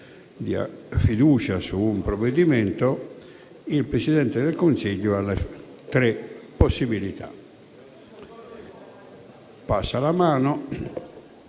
di fiducia su un provvedimento, il Presidente del Consiglio ha tre possibilità: